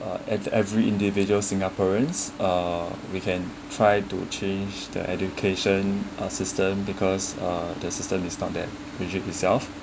uh and every individual singaporeans uh we can try to change the education uh system because uh the system is not that rigid itself